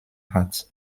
hat